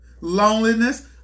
Loneliness